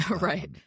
right